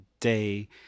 day